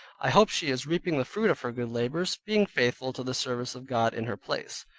i hope she is reaping the fruit of her good labors, being faithful to the service of god in her place.